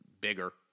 bigger